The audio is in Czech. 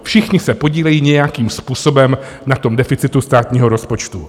Všichni se podílejí nějakým způsobem na deficitu státního rozpočtu.